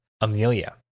Amelia